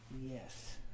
Yes